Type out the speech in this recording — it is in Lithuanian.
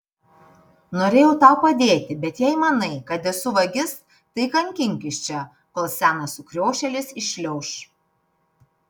norėjau tau padėti bet jei manai kad esu vagis tai kankinkis čia kol senas sukriošėlis iššliauš